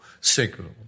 signal